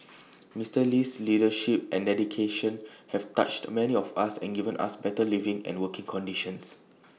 Mister Lee's leadership and dedication have touched many of us and given us better living and working conditions